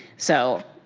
so,